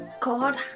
God